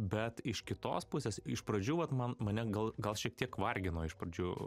bet iš kitos pusės iš pradžių vat man mane gal gal šiek tiek vargino iš pradžių